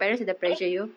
apa